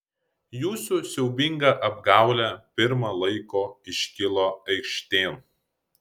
jūsų siaubinga apgaulė pirma laiko iškilo aikštėn